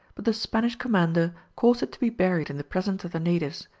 but the spanish commander caused it to be buried in the presence of the natives,